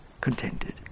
contented